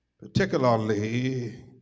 particularly